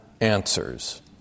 answers